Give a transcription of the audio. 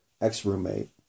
ex-roommate